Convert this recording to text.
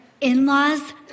in-laws